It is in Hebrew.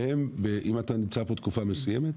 ואם אתה נמצא פה תקופה מסוימת,